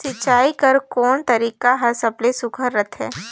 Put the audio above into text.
सिंचाई कर कोन तरीका हर सबले सुघ्घर रथे?